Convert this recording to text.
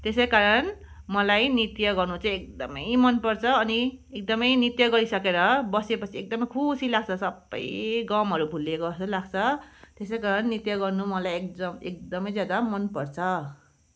त्यसै कारण मलाई नृत्य गर्नु चाहिँ एकदमै मनपर्छ अनि एकदमै नृत्य गरिसकेर बसेपछि एकदमै खुसी लाग्छ सबै गमहरू भुलेको जस्तो लाग्छ त्यसै कारण नृत्य गर्नु मलाई एकजम एकदमै ज्यादा मनपर्छ